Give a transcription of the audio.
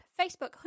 Facebook